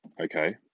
Okay